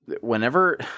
whenever